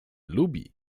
lubi